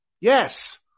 Yes